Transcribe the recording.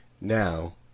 Now